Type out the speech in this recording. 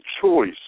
choice